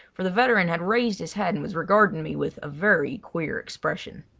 for the veteran had raised his head and was regarding me with a very queer expression.